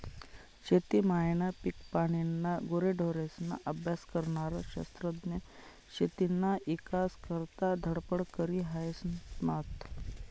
शेती मायना, पिकपानीना, गुरेढोरेस्ना अभ्यास करनारा शास्त्रज्ञ शेतीना ईकास करता धडपड करी हायनात